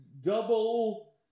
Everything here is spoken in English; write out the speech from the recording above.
double